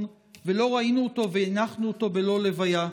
ולא ראינו אותו והנחנו אותו בלא לוויה.